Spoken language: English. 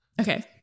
Okay